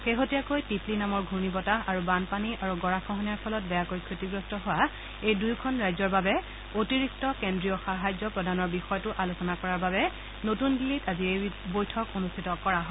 শেহতীয়াকৈ তিত্লী নামৰ ঘূৰ্ণী বতাহ আৰু বানপানী আৰু গড়াখহনীয়াৰ ফলত বেয়াকৈ ক্ষতিগ্ৰস্ত হোৱা এই দুয়োখন ৰাজ্যৰ বাবে অতিৰিক্ত কেন্দ্ৰীয় সাহায্য প্ৰদানৰ বিষয়টো আলোচনা কৰাৰ বাবে নতুন দিল্লীত আজি এই বৈঠক অনুষ্ঠিত কৰা হয়